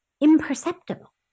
imperceptible